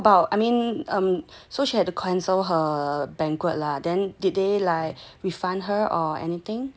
oh no then how about I mean um so she had to cancel her banquet lah then did they refund her or anything